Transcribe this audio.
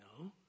No